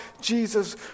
Jesus